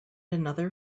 another